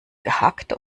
gehackt